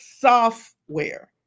software